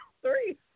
three